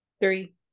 three